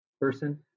person